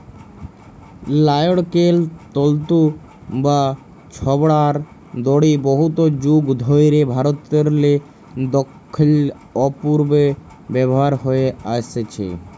লাইড়কেল তল্তু বা ছবড়ার দড়ি বহুত যুগ ধইরে ভারতেরলে দখ্খিল অ পূবে ব্যাভার হঁয়ে আইসছে